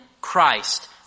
Christ